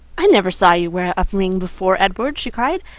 i never saw you wear a ring before, edward, she cried.